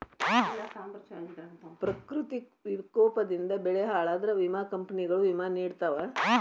ಪ್ರಕೃತಿ ವಿಕೋಪದಿಂದ ಬೆಳೆ ಹಾಳಾದ್ರ ವಿಮಾ ಕಂಪ್ನಿಗಳು ವಿಮಾ ನಿಡತಾವ